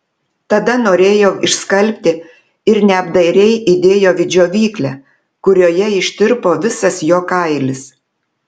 tada norėjau išskalbti ir neapdairiai įdėjau į džiovyklę kurioje ištirpo visas jo kailis